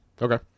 okay